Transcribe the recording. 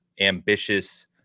ambitious